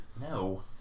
no